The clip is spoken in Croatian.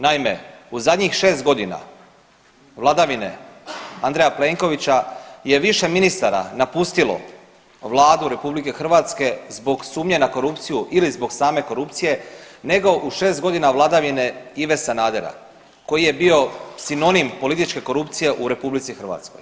Naime, u zadnjih 6 godina vladavine Andreja Plenkovića je više ministara napustilo Vladu RH zbog sumnje na korupciju ili zbog same korupcije, nego u 6 godina vladavine Ive Sanadera koji je bio sinonim političke korupcije u RH.